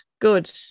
Good